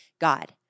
God